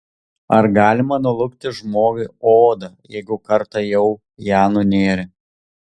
ar galima nulupti žmogui odą jeigu kartą jau ją nunėrė